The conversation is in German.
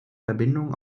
verbindung